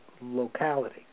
locality